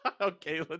Okay